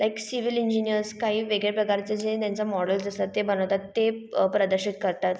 like civil engineers काही वेगळे प्रकारचे जे त्यांचं मॉडल्स असतात ते बनवतात ते प्रदर्शित करतात